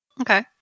Okay